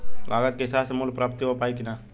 लागत के हिसाब से मूल्य प्राप्त हो पायी की ना?